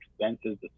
expenses